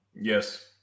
yes